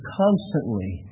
constantly